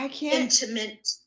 intimate